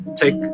take